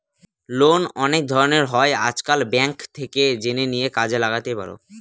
loan অনেক ধরনের হয় আজকাল, ব্যাঙ্ক থেকে জেনে নিয়ে কাজে লাগাতেই পারো